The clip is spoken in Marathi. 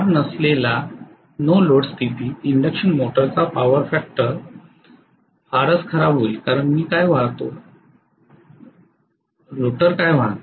त्यामुळे सामान्यत भार नसलेल्या स्थितीत इंडक्शन मोटरचा पॉवर फॅक्टर फारच खराब होईल कारण मी काय वाहतो काय रोटर वाहते